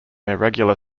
irregular